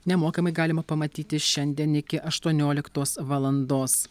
nemokamai galima pamatyti šiandien iki aštuonioliktos valandos